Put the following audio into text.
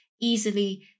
easily